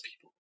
people